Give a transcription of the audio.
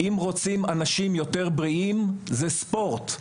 אם רוצים אנשים יותר בריאים זה ספורט.